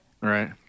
Right